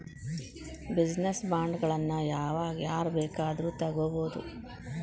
Business ಬಾಂಡ್ಗಳನ್ನ ಯಾವಾಗ್ ಯಾರ್ ಬೇಕಾದ್ರು ತಗೊಬೊದು?